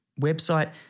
website